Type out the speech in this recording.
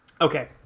Okay